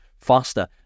faster